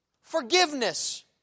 forgiveness